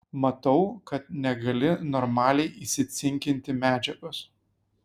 matau kad negali normaliai įsicinkinti medžiagos